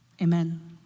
amen